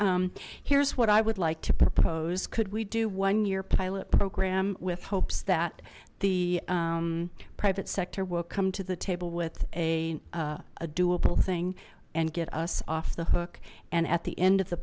one here's what i would like to propose could we do one year pilot program with hopes that the private sector will come to the table with a doable thing and get us off the hook and at the end of the